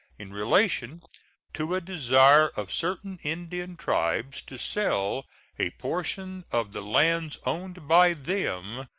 in relation to a desire of certain indian tribes to sell a portion of the lands owned by them,